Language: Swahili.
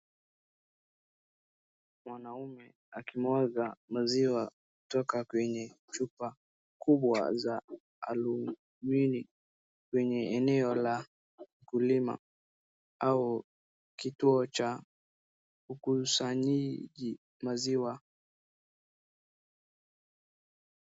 Mwanaume akimwaga maziwa kutoka kwenye chupa kubwa za alminium kwenye eneo la kulima au kituo cha ukusanyaji maziwa.